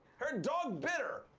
her dog bit her.